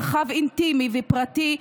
במרחב אינטימי ופרטי,